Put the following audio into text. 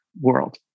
world